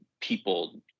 people